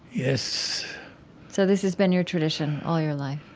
yes so this has been your tradition all your life?